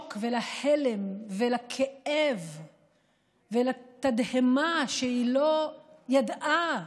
לשוק ולהלם ולכאב ולתדהמה על שהיא לא ידעה,